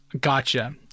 Gotcha